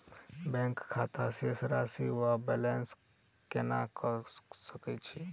Bank खाता शेष राशि वा बैलेंस केना कऽ सकय छी?